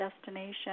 destination